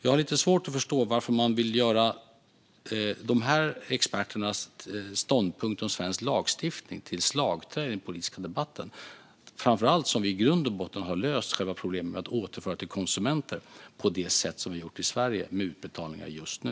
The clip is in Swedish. Jag har lite svårt att förstå varför man vill göra de här experternas ståndpunkt om svensk lagstiftning till slagträ i den politiska debatten. Det gäller framför allt eftersom vi i grund och botten har löst själva problemet med att återföra till konsumenter på det sätt som vi har gjort i Sverige med utbetalningar just nu.